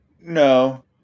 No